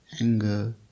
anger